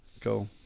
Cool